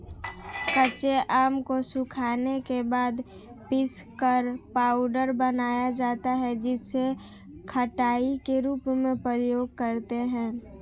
कच्चे आम को सुखाने के बाद पीसकर पाउडर बनाया जाता है जिसे खटाई के रूप में प्रयोग करते है